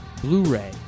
Blu-ray